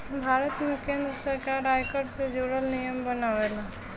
भारत में केंद्र सरकार आयकर से जुरल नियम बनावेला